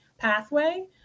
Pathway